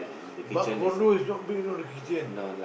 but condo is not big you know the kitchen